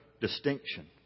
distinction